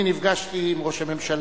אני נפגשתי עם ראש הממשלה,